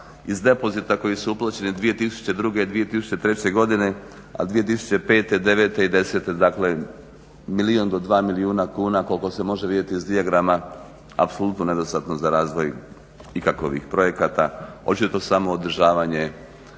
iz depozita koji su uplaćeni 2002., 2003.godine a 2005., 2009., 2010.dakle milijun do dva milijuna kuna koliko se može vidjeti s dijagrama apsolutno nedostatno za razvoj ikakovih projekata očito samo održavanje